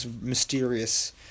mysterious